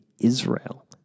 Israel